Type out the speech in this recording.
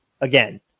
again